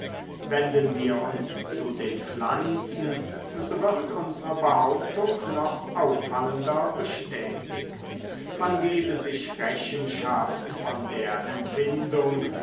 wenden wir uns zu den pflanzen so wird unsre behauptung noch auffallender bestätigt man gebe sich rechenschaft von der empfindung